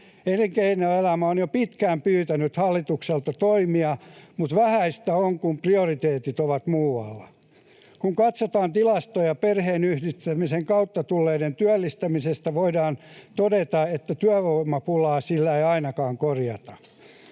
Elinkeinoelämä on jo pitkään pyytänyt hallitukselta toimia, mutta vähäistä on, kun prioriteetit ovat muualla. Kun katsotaan tilastoja perheenyhdistämisen kautta tulleiden työllistämisestä, voidaan todeta, että työvoimapulaa sillä ei ainakaan korjata.